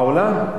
בעולם.